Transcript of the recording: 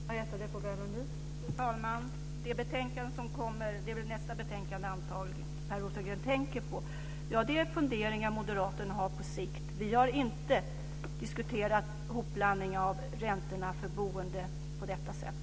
Fru talman! Det är tydligen nästa betänkande på föredragningslistan som Per Rosengren tänker på. Ja, det är funderingar som Moderaterna har på sikt men vi har inte diskuterat en hopblandning av räntorna för boende på detta sätt.